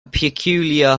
peculiar